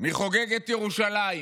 מי חוגג את ירושלים